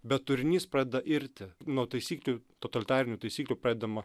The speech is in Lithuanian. bet turinys pradeda irti nuo taisyklių totalitarinių taisyklių pradedama